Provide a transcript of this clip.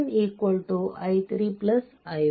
ಆದುದರಿಂದ i1 i3 i4